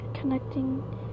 connecting